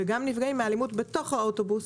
וגם נפגעים מאלימות ספורדית בתוך האוטובוס,